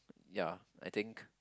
ya I think